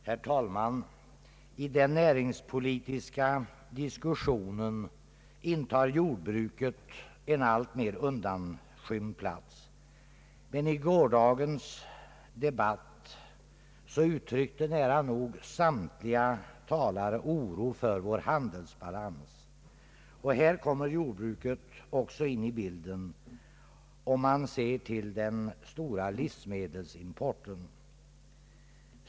Herr talman! I den näringspolitiska diskussionen intar jordbruket en alltmera undanskymd plats. Men i gårdagens debatt uttryckte nära nog samtliga talare oro för vår handelsbalans. Här kommer också jordbruket in i bilden, om man ser till den stora livsmedelsimporten.